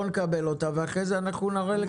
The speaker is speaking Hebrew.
לא נקבל אותה, ואחרי זה אנחנו נראה לך.